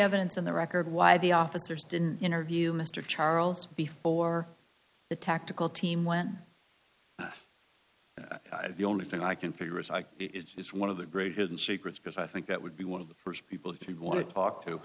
evidence on the record why the officers didn't interview mr charles before the tactical team when the only thing i can figure is i it's one of the great hidden secrets because i think that would be one of the first people you want to talk to